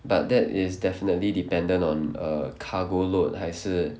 but that is definitely dependent on err cargo load 还是